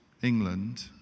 England